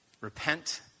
Repent